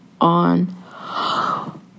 on